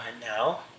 now